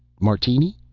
martini?